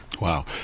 wow